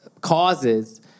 causes